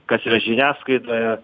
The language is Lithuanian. kas yra žiniasklaidoje